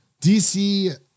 DC